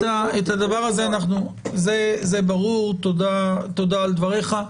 תודה על דבריך.